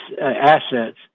assets